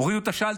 הורידו את השלטר.